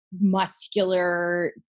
muscular